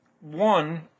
One